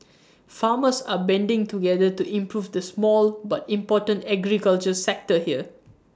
farmers are banding together to improve the small but important agriculture sector here